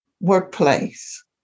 workplace